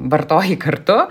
vartoji kartu